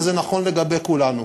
וזה נכון לגבי כולנו.